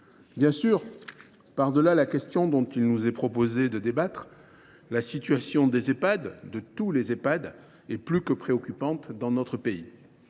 Bien sûr, par delà la question dont il nous est proposé de débattre, la situation des Ehpad, de tous les Ehpad, est plus que préoccupante dans notre pays.